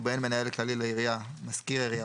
ובאין מנהל כללי לעירייה - מזכיר העירייה